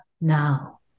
now